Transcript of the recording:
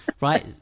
right